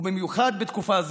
ובמיוחד בתקופה זו.